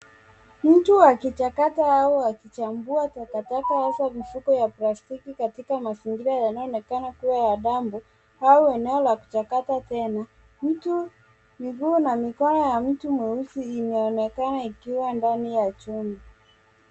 Mtu akichakata au akichambua takataka hasa mifuko ya plastiki katika mazingira yanayoonekana kuwa ya dampu au eneo la kuchakata tena. Miguu na mikono ya mtu mweusi imeonekana ikiwa ndani ya chumba.